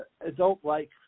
adult-like